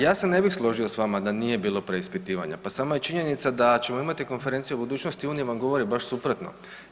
Ja se ne bih složio s vama da nije bilo preispitivanja, pa sama je činjenica da ćemo imati Konferenciju o budućnosti Unije vam govori baš suprotno.